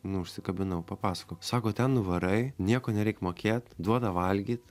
nu užsikabinau papasakok sako ten nuvarai nieko nereik mokėt duoda valgyt